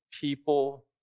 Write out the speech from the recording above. people